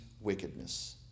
wickedness